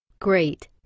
Great